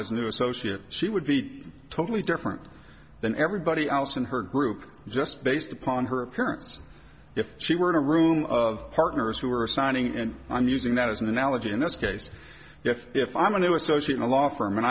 a new associate she would be totally different than everybody else in her group just based upon her appearance if she were in a room of partners who are signing and i'm using that as an analogy in this case if if i'm going to associate a law firm and